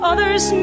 Others